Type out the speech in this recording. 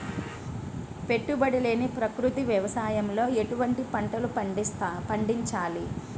పెట్టుబడి లేని ప్రకృతి వ్యవసాయంలో ఎటువంటి పంటలు పండించాలి?